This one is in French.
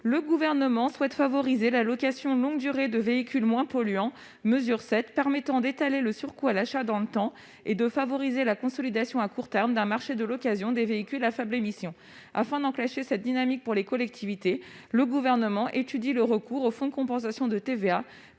Le Gouvernement souhaite favoriser la location longue durée de véhicules moins polluants, mesure [...] permettant d'étaler le surcoût à l'achat dans le temps et de favoriser la consolidation à court terme d'un marché de l'occasion des véhicules à faibles émissions. Afin d'enclencher cette dynamique pour les collectivités, le Gouvernement étudie le recours au fonds de compensation de la